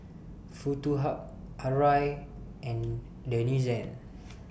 Foto Hub Arai and Denizen